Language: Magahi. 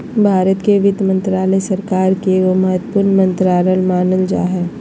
भारत के वित्त मन्त्रालय, सरकार के एगो महत्वपूर्ण मन्त्रालय मानल जा हय